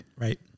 Right